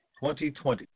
2020